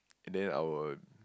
and then I will